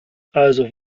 also